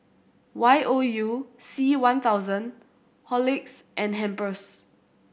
Y O U C one thousand Horlicks and Pampers